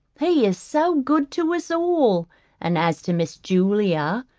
he is so good to us all and as to miss julia,